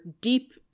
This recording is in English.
deep